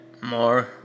more